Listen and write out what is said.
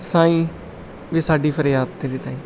ਸਾਈਂ ਵੇ ਸਾਡੀ ਫਰਿਆਦ ਤੇਰੇ ਤਾਈਂ